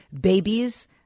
babies